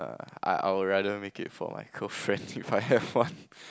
I I will rather make it for my girlfriend If I have one